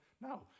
No